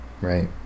Right